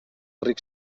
ric